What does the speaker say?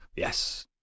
Yes